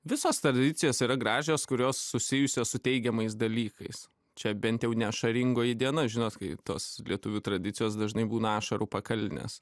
visos tradicijos yra gražios kurios susijusios su teigiamais dalykais čia bent jau ne ašaringoji diena žinot kaip tos lietuvių tradicijos dažnai būna ašarų pakalnės